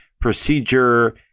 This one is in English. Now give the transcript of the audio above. procedure